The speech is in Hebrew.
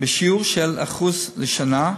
בשיעור של 1% לשנה,